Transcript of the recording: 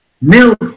milk